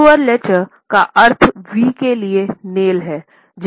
Hebrew अक्षर का अर्थ वी के लिए नेल है